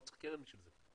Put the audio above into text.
לא צריך קרן בשביל זה,